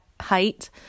height